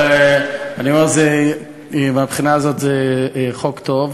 אבל אני אומר, מהבחינה הזאת זה חוק טוב,